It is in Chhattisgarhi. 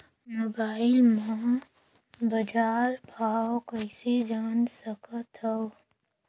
मोबाइल म बजार भाव कइसे जान सकथव?